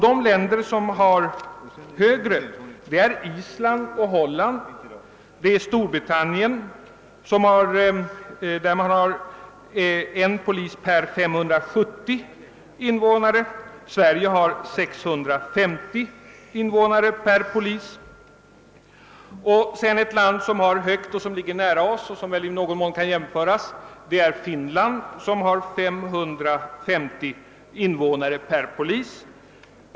De länder som har högre polistät het är Island, Holland och Storbritannien, som har en polis per 570 invånare. Sverige har 650 invånare per polis. Ett land med hög polistäthet som ligger nära oss och i någon mån kan jämföras med oss är Finland, som har 550 invånare per polis.